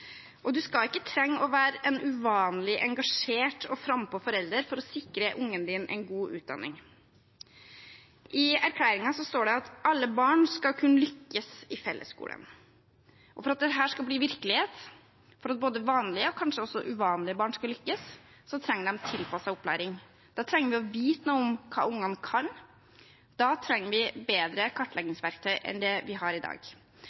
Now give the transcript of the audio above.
Og du skal ikke trenge å være en uvanlig engasjert og frampå forelder for å sikre ungen din en god utdanning. I erklæringen står det at alle barn skal «kunne lykkes i fellesskolen». For at dette skal bli virkelighet, for at både vanlige – og kanskje også uvanlige – barn skal lykkes, trenger de tilpasset opplæring. Da trenger vi å vite noe om hva ungene kan. Da trenger vi bedre kartleggingsverktøy enn det vi har i dag.